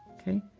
ok.